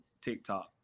TikTok